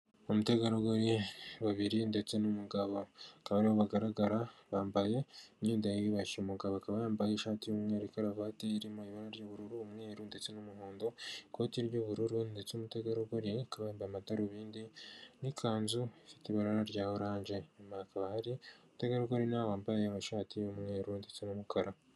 Umutegarugori babiri ndetse n'umugabo bakaba aribo bagaragara bambaye imyenda yiyubashye umugabo akaba yambaye ishati y'umweru, karuvati irimo ibara ry'ubururu, umweru ndetse n'umuhondo, ikoti ry'ubururu ndetse n'umutegarugori akaba yambaye amadarubindi n'ikanzu ifite ibara rya orange nyuma hakaba hari umutegarugori nawe wambaye amashati y'umweru ndetse n'umukara